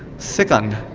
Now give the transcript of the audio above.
second,